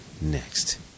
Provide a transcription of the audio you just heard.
next